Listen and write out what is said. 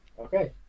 Okay